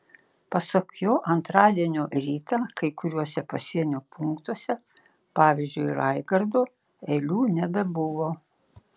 pasak jo antradienio rytą kai kuriuose pasienio punktuose pavyzdžiui raigardo eilių nebebuvo